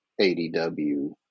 ADW